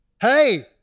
hey